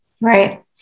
Right